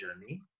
journey